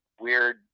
weird